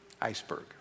iceberg